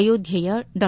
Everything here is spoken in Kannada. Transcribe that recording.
ಅಯೋಧ್ವೆಯ ಡಾ